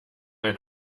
ein